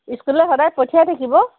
স্কুললৈ সদায় পঠিয়াই থাকিব